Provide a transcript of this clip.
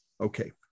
Okay